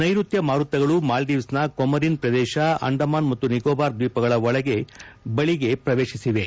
ನೈರುತ್ನ ಮಾರುತಗಳು ಮಾಲ್ಲೀವ್ನ ಕೊಮೊರಿನ್ ಪ್ರದೇಶ ಅಂಡಮಾನ್ ಮತ್ನು ನಿಕೋಬಾರ್ ದ್ನೀಪಗಳ ಬಳಿಗೆ ಪ್ರವೇಶಿಸಿವೆ